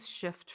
shift